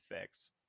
fix